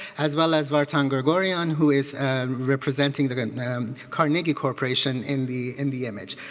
as well as vertong gregorian who is representing the carnegie corporation in the in the image.